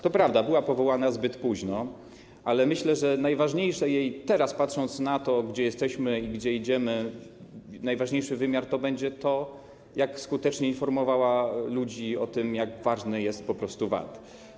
To prawda, była powołana zbyt późno, ale myślę, że - teraz patrząc na to, gdzie jesteśmy i gdzie idziemy - jej najważniejszy wymiar to będzie to, jak skutecznie informowała ludzi o tym, jak ważny jest po prostu VAT.